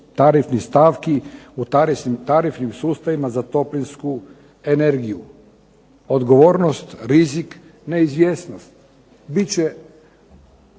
tarifnih stavki u tarifnim sustavima za toplinsku energiju. Odgovornost, rizik, neizvjesnost.